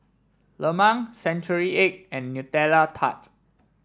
Lemang Century Egg and Nutella Tart